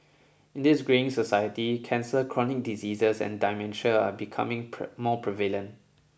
in this greying society cancer chronic diseases and dementia are becoming more prevalent